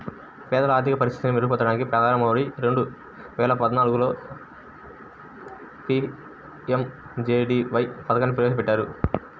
పేదల ఆర్థిక పరిస్థితిని మెరుగుపరచడానికి ప్రధాని మోదీ రెండు వేల పద్నాలుగులో పీ.ఎం.జే.డీ.వై పథకాన్ని పెట్టారు